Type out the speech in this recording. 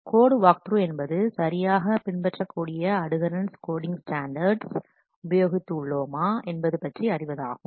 code walkthrough என்பது சரியான பின்பற்றக்கூடிய அடுகரெண்ட்ஸ் கோடிங் ஸ்டாண்டர்ட்ஸ் உபயோகித்து உள்ளோமா என்பதுபற்றி அறிவதாகும்